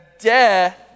death